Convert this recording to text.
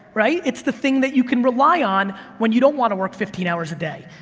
right? it's the thing that you can rely on when you don't want to work fifteen hours a day.